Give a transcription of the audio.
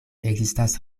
ekzistas